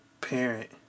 parent